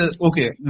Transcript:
okay